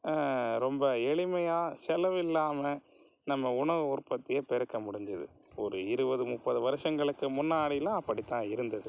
ரொம்ப எளிமையாக செலவில்லாமல் நம்ம உணவு உற்பத்தியை பெருக்க முடிஞ்சுது ஒரு இருபது முப்பது வருஷங்களுக்கு முன்னாடியெலாம் அப்படித் தான் இருந்தது